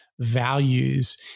values